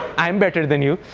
i'm better than you.